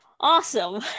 Awesome